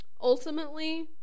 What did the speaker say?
Ultimately